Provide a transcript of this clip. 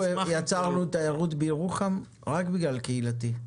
אנחנו יצרנו תיירות בירוחם רק בגלל העניין הקהילתי.